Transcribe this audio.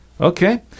Okay